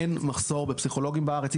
אין מחסור בפסיכולוגים בארץ.